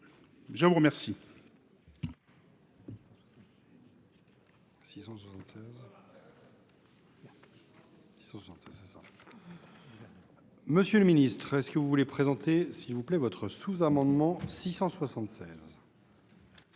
Je vous remercie,